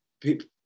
people